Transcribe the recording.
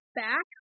back